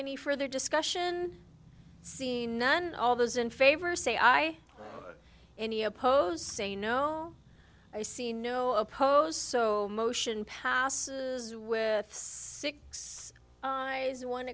any further discussion see none all those in favor say aye any opposed say no i see no oppose so motion passes with six days one